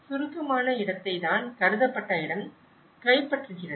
சுருக்கமான இடத்தை தான் கருதப்பட்ட இடம் கைப்பற்றுகிறது